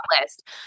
list